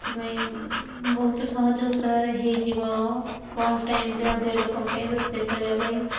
ସେଥିପାଇଁ ବହୁତ ସହଜ ଉପାୟରେ ହେଇଯିବ କମ୍ ଟାଇମ୍ରେ ଅଧିକ ଲୋକଙ୍କ ପାଇଁ ରୋଷେଇ କରିବା ପାଇଁ